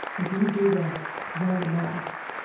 if you do this long enough,